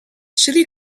chile